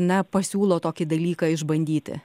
na pasiūlo tokį dalyką išbandyti